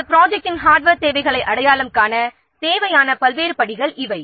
நம் ப்ரொஜெக்டின் ஹார்ட்வேர் தேவைகளை அடையாளம் காண தேவையான வெவ்வேறு கட்டங்கள் இவை